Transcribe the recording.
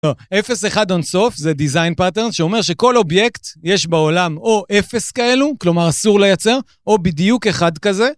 אפס אחד אונסוף זה design pattern שאומר שכל אובייקט יש בעולם או אפס כאלו, כלומר אסור לייצר, או בדיוק אחד כזה.